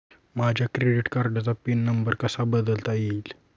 माझ्या क्रेडिट कार्डचा pin number कसा बदलता येईल?